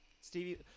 Stevie